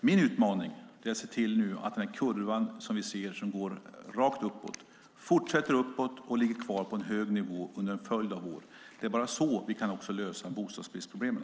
Min utmaning är att se till att kurvan som går rakt uppåt fortsätter uppåt och ligger kvar på en hög nivå under en följd av år. Det är bara så vi kan lösa problemen med bostadsbristen.